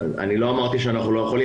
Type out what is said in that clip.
אני לא אמרתי שאנחנו לא יכולים,